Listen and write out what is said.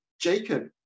Jacob